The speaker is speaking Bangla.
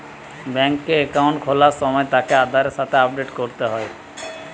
বেংকে একাউন্ট খোলার সময় তাকে আধারের সাথে আপডেট করতে হয়